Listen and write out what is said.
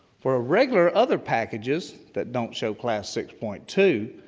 for regular, other packages that don't show class six point two,